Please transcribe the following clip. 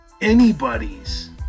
anybody's